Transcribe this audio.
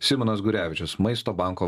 simonas gurevičius maisto banko